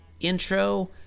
intro